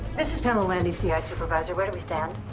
this is pamela landy, c i. supervisor. where do we stand?